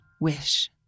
Wish